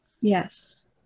Yes